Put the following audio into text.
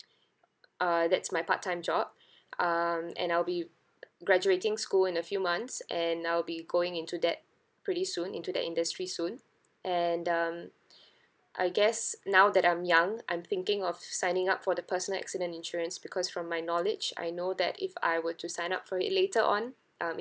uh that's my part time job um and I'll be graduating school in a few months and I'll be going into that pretty soon into that industry soon and um I guess now that I'm young I'm thinking of signing up for the personal accident insurance because from my knowledge I know that if I were to sign up for it later on um